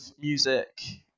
music